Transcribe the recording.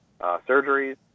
surgeries